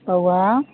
बौआ